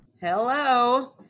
Hello